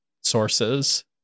sources